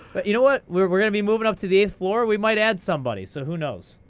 but you know what? we're we're going to be moving up to the eighth floor. we might add somebody, so who knows?